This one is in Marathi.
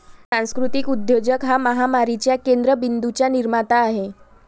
सांस्कृतिक उद्योजक हा महामारीच्या केंद्र बिंदूंचा निर्माता आहे